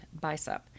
bicep